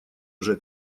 уже